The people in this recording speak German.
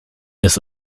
des